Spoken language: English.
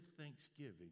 thanksgiving